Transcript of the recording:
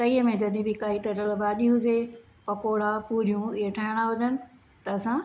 तईअ में जॾहिं बि काई तरियल भाॼी हुजे पकोड़ा पूरियूं इहे ठाहिणा हुजनि त असां